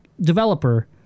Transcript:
developer